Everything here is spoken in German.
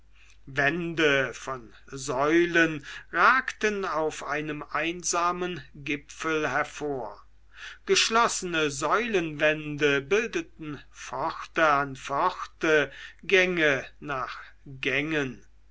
wände von säulen ragten auf einem einsamen gipfel hervor geschlossene säulenwände bildeten pforten an pforten gänge nach gängen